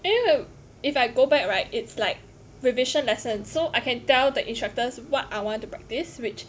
anyway if I go back right it's like revision lesson so I can tell the instructors what I want to practice which